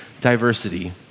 diversity